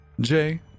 Jay